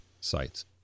sites